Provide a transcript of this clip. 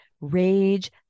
rage